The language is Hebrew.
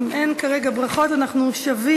אנחנו מייד